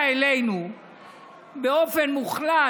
אלינו באופן מוחלט,